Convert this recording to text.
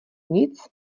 nic